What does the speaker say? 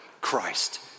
Christ